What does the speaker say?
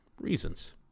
Reasons